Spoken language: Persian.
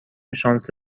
شانس